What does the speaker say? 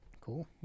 Cool